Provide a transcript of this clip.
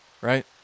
right